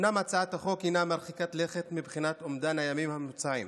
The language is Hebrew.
אומנם הצעת החוק אינה מרחיקת לכת מבחינת אומדן הימים המוצעים,